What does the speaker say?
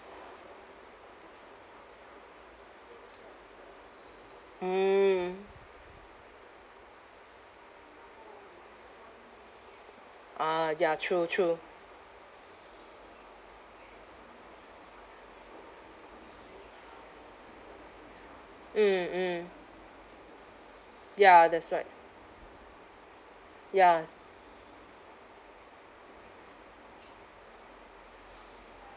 mm ah ya true true mm mm ya that's right ya